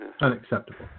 Unacceptable